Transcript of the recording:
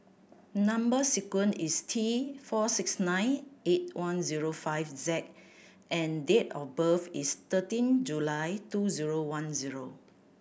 number sequence is T four six nine eight one zero five Z and date of birth is thirteen July two zero one zero